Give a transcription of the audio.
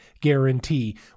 guarantee